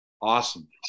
Awesome